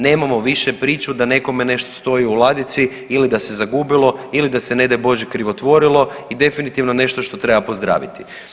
Nemamo više priču da nekome nešto stoji u ladici ili da se zagubilo ili da se ne daj Bože krivotvorilo je definitivno nešto što treba pozdraviti.